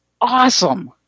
awesome